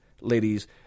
ladies